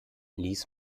lies